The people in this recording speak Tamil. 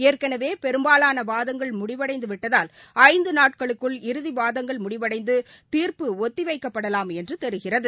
ஏற்கனவே பெரும்பாவான வாதங்கள் முடிவடைந்து விட்டதால் ஐந்து நாட்களுக்குள் இறுதி வாதங்கள் முடிவடைந்து தீர்ப்பு ஒத்திவைக்கப்படலாம் என்று தெரிகிறது